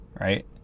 Right